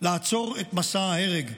לעצור את מסע ההרג,